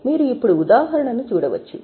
మీరు ఇప్పుడు ఉదాహరణను చూడవచ్చు